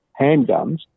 handguns